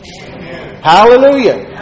Hallelujah